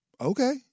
okay